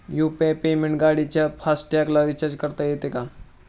UPI पेमेंटने गाडीच्या fast टॅगला रिर्चाज करता येते का?